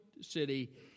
city